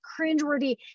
cringeworthy